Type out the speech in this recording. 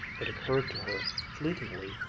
it occurred to her, fleetingly,